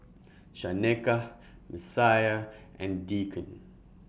Shaneka Messiah and Deacon